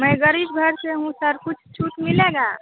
मैं गरीब घर से हूँ सर कुछ छूट मिलेगा